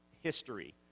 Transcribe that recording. history